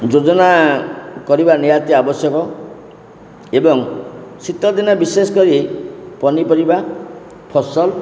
ଯୋଜନା କରିବା ନିହାତି ଆବଶ୍ୟକ ଏବଂ ଶୀତଦିନ ବିଶେଷ କରି ପନିପରିବା ଫସଲ